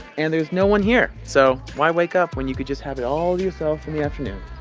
and there's no one here. so why wake up when you could just have it all yourself in the afternoon?